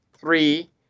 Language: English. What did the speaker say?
three